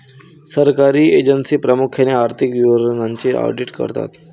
सरकारी एजन्सी प्रामुख्याने आर्थिक विवरणांचे ऑडिट करतात